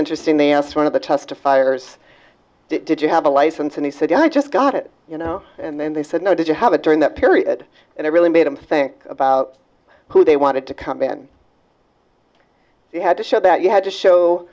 interesting they asked one of the testifiers did you have a license and he said i just got it you know and then they said no did you have a during that period and it really made them think about who they wanted to come in you had to show that you had to show